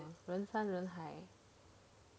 人山人海